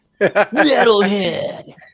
Metalhead